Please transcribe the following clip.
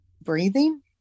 breathing